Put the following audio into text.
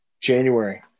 january